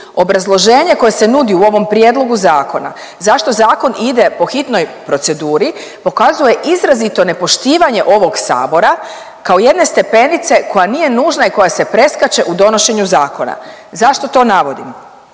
obrazloženje koje se nudi u ovom prijedlogu zakona zašto zakon ide po hitnoj proceduri pokazuje izrazito nepoštivanje ovog Sabora kao jedne stepenice koja nije nužna i koja se preskače u donošenju zakona. Zašto to navodim?